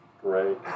Great